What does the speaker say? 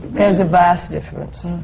there's a vast difference.